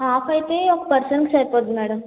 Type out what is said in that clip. half అయితే ఒక పర్సన్కి సరిపోతుంది మేడం